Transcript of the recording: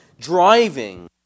driving